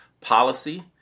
Policy